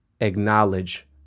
acknowledge